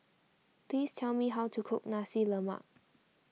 please tell me how to cook Nasi Lemak